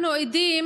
אנחנו עדים